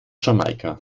jamaika